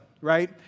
right